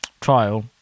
trial